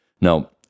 Now